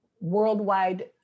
worldwide